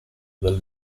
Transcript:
del